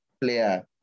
player